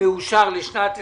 מאושר לשנת 2020,